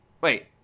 wait